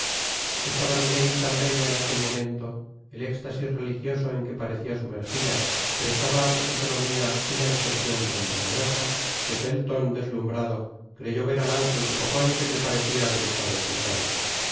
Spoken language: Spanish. estaba milady tan bella en aquel momento el éxtasis religioso en que parecia sumergida prestaba á su fisonomia una espresion tan peligrosa que felton deslumhrado creyó ver al ángel que poco antes le parecia haber estado escuchando